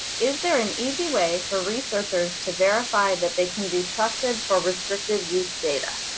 is there an easy way for researchers to verify that they can be trusted for restricted use data?